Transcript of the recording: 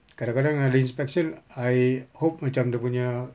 kadang kadang ada inspection I hope macam dia punya